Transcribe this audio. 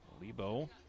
Lebo